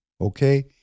okay